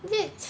is it